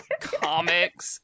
comics